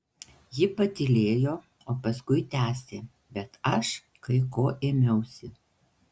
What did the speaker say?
ji kiek patylėjo o paskui tęsė bet aš kai ko ėmiausi